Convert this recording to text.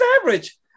average